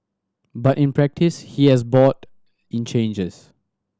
but in practice he has bought in changes